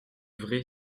vrai